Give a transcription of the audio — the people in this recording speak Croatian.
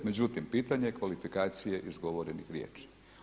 Međutim, pitanje je kvalifikacije izgovorenih riječi.